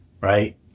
right